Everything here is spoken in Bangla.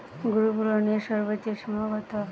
গ্রুপলোনের সর্বোচ্চ সীমা কত?